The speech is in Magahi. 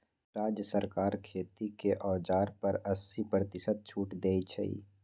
राज्य सरकार खेती के औजार पर अस्सी परतिशत छुट देई छई